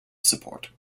support